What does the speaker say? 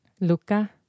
Luca